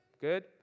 Good